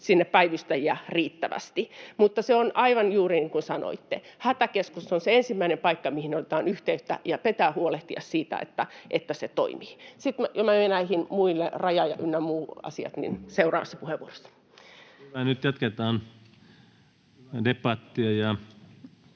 sinne päivystäjiä riittävästi. Mutta se on juuri niin kuin sanoitte: hätäkeskus on se ensimmäinen paikka, mihin otetaan yhteyttä, ja pitää huolehtia siitä, että se toimii. Menen näihin muihin, raja- ynnä muut asioihin, seuraavassa puheenvuorossa. Hyvä. — Nyt jatketaan debattia,